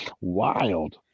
Wild